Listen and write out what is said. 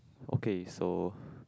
okay so